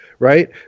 right